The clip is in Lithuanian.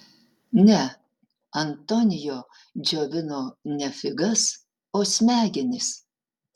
ne antonio džiovino ne figas o smegenis